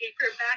paperback